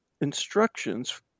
instructions